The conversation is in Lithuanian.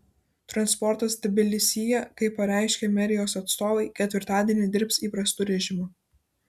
transportas tbilisyje kaip pareiškė merijos atstovai ketvirtadienį dirbs įprastu režimu